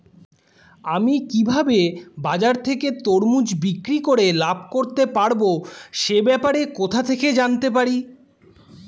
আমি কিভাবে বাজার থেকে তরমুজ বিক্রি করে লাভ করতে পারব সে ব্যাপারে কোথা থেকে জানতে পারি?